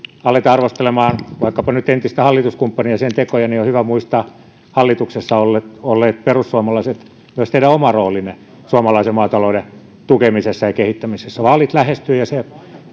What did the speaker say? aletaan arvostelemaan vaikkapa nyt entistä hallituskumppania ja sen tekoja niin on hyvä muistaa hallituksessa olleet olleet perussuomalaiset myös teidän oma roolinne suomalaisen maatalouden tukemisessa ja kehittämisessä vaalit lähestyvät ja se